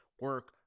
Work